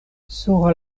sur